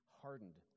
hardened